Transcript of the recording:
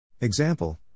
Example